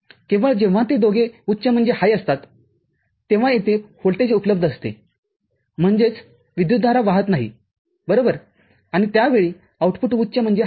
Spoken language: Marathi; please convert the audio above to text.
केवळ जेव्हा ते दोघे उच्च असतात तेव्हा येथे व्होल्टेज उपलब्ध असते म्हणजेच विद्युतधारा वाहत नाही बरोबर आणि त्यावेळी आउटपुटउच्च होते